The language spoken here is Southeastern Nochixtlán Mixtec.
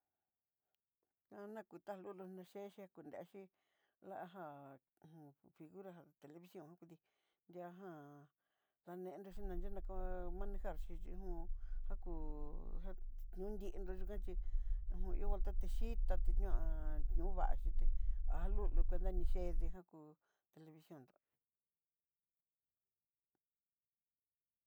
Nanakuta lulu ni chexe kudexi la já, hu u ju figura televición kudí, dia jan janendoxhí na nriu naka- manejar xhí xí hu u un jaku já nitiendó, yikan chí hó ihó jaltate yitati ño'a ñova xhité llu cuenta ni ché ndijan kúu televicion ndó.